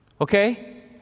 Okay